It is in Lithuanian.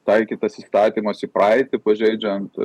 taikytas įstatymas į praeitį pažeidžiant